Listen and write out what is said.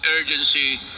urgency